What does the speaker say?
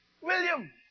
William